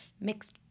mixed